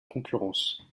concurrence